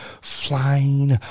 flying